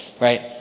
right